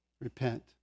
Repent